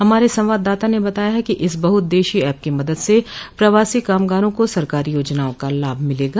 हमारे संवाददाता ने बताया है कि इस बहुद्देश्यीय ऐप की मदद से प्रवासी कामगारों को सरकारी योजनाओं का लाभ मिलेगा